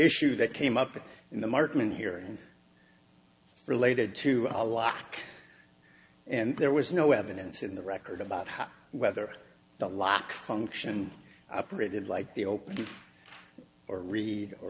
issue that came up in the market in here and related to a lot and there was no evidence in the record about how whether the lock function operated like the open or read or